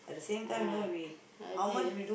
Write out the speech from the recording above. ya I think